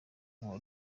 n’uwa